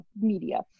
media